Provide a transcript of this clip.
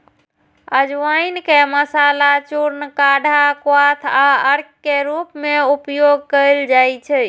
अजवाइन के मसाला, चूर्ण, काढ़ा, क्वाथ आ अर्क के रूप मे उपयोग कैल जाइ छै